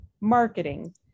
marketing